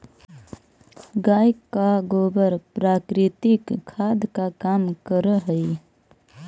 गाय का गोबर प्राकृतिक खाद का काम करअ हई